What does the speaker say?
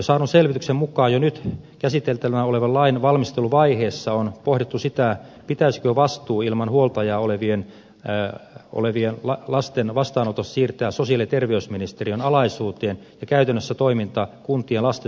saadun selvityksen mukaan jo nyt käsiteltävänä olevan lain valmisteluvaiheessa on pohdittu sitä pitäisikö vastuu ilman huoltajaa olevien lasten vastaanotosta siirtää sosiaali ja terveysministeriön alaisuuteen ja käytännössä toiminta kuntien lastensuojeluviranomaisille